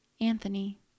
Anthony